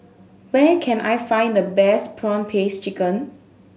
where can I find the best prawn paste chicken